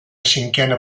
cinquena